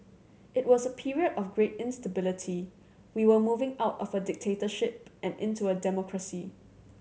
it was a period of great instability we were moving out of a dictatorship and into a democracy